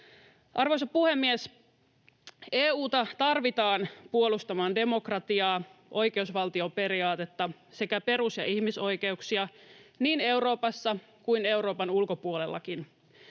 Arvoisa puhemies! EU:ta tarvitaan puolustamaan demokratiaa, oikeusvaltioperiaatetta sekä perus- ja ihmisoikeuksia niin Euroopassa kuin Euroopan ulkopuolellakin.